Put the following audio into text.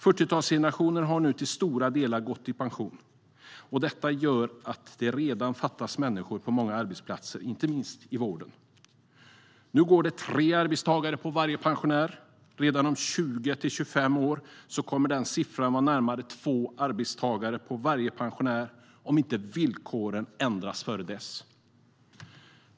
40-talsgenerationen har nu till stora delar gått i pension, och detta gör att det redan fattas människor på många arbetsplatser - inte minst i vården. Nu går det tre arbetstagare på varje pensionär. Redan om 20 till 25 år kommer den siffran att vara närmare två arbetstagare på varje pensionär om inte villkoren ändras innan dess.